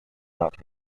not